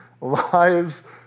lives